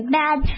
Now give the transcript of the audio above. bad